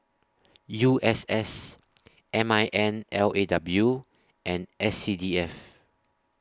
U S S M I N L A W and S C D F